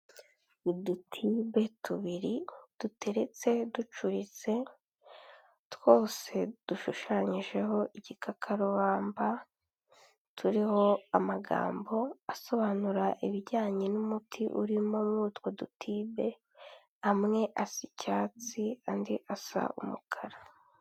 Udutibe tubiri duteretse ducuritse twose dushushanyijeho igikakarubamba turiho amagambo asobanura ibijyanye n'umuti urimo muri utwo dutibe, amwe asa icyatsi andi asa umukara.